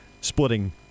splitting